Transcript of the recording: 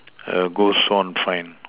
err goes on friend